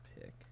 pick